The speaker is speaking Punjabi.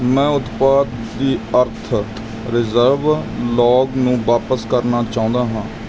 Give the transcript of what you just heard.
ਮੈਂ ਉਤਪਾਦ ਦੀ ਅਰਥ ਰਿਜ਼ਰਵ ਲੌਗ ਨੂੰ ਵਾਪਸ ਕਰਨਾ ਚਾਹੁੰਦਾ ਹਾਂ